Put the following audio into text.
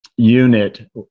unit